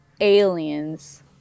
aliens